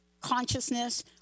consciousness